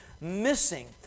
missing